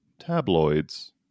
tabloids